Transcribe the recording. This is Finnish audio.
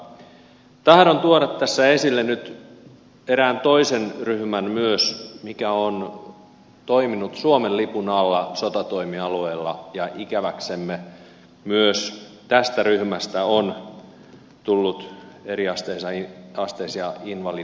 mutta tahdon tuoda tässä esille nyt erään toisen ryhmän myös mikä on toiminut suomen lipun alla sotatoimialueilla ja ikäväksemme myös tästä ryhmästä on tullut eriasteisia invaliditeetteja